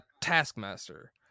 Taskmaster